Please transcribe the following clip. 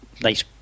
Nice